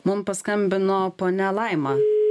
mum paskambino ponia laima